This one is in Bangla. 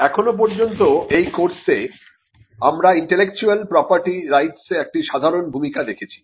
এখনো পর্যন্ত এই কোর্সে আমরা ইন্টেলেকচুয়াল প্রপার্টি রাইটস একটি সাধারন ভূমিকা দেখেছি